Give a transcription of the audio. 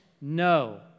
no